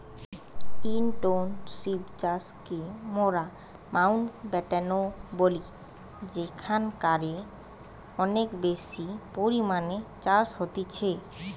intensive চাষকে মোরা Mountbatten ও বলি যেখানকারে অনেক বেশি পরিমাণে চাষ হতিছে